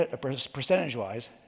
percentage-wise